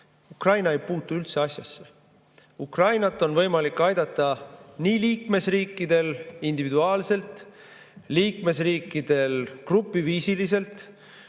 Ukraina ei puutu üldse asjasse. Ukrainat on võimalik aidata nii liikmesriikidel individuaalselt, liikmesriikidel grupiviisiliselt